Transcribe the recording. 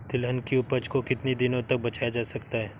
तिलहन की उपज को कितनी दिनों तक बचाया जा सकता है?